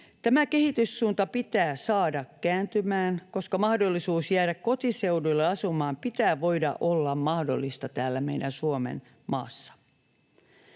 Tämä kehityssuunta pitää saada kääntymään, koska kotiseuduille asumaan jäämisen pitää olla mahdollista täällä meidän Suomenmaassa.